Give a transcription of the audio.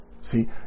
See